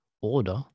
order